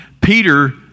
Peter